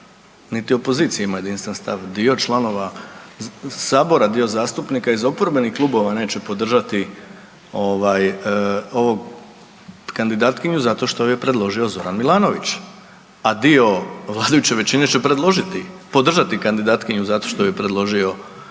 niti opozicija ima jedinstven stav, dio članova Sabora, dio zastupnika iz oporbenih klubova neće podržati ovog, kandidatkinju zato što ju je predložio Zoran Milanović. A dio vladajuće većine će podržati kandidatkinju zato što ju je predložio Zoran Milanović,